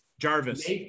Jarvis